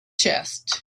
chest